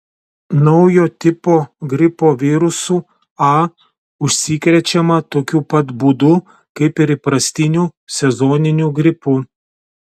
naujo tipo gripo virusu a užsikrečiama tokiu pat būdu kaip ir įprastiniu sezoniniu gripu